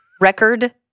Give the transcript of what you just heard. record